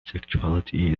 sexuality